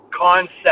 concept